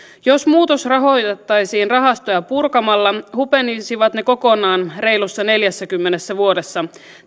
jos muutos rahoitettaisiin rahastoja purkamalla hupenisivat ne kokonaan reilussa neljässäkymmenessä vuodessa